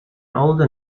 older